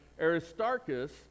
Aristarchus